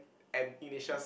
and Inisha's